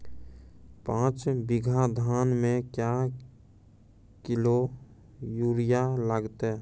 पाँच बीघा धान मे क्या किलो यूरिया लागते?